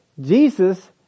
Jesus